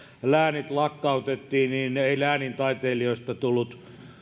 läänit lakkautettiin niin ei läänintaiteilijoista tullut